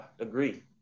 agree